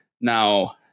Now